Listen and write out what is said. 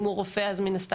אם הוא רופא, אז הוא עומד,